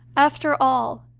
after all,